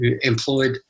employed